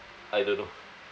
I don't know